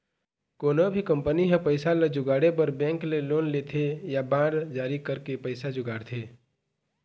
कोनो भी कंपनी ह पइसा ल जुगाड़े बर बेंक ले लोन लेथे या बांड जारी करके पइसा जुगाड़थे